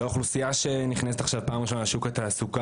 וזו אוכלוסייה שנכנסת עכשיו פעם ראשונה לשוק התעסוקה,